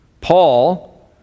Paul